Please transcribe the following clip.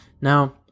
Now